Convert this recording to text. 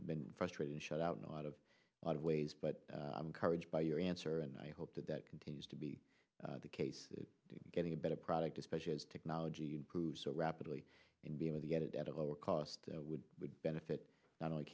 been frustrated and shut out not a lot of ways but i'm courage by your answer and i hope that that continues to be the case getting a better product especially as technology improves so rapidly and be able to get it at a lower cost that would benefit not only